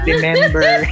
Remember